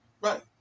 right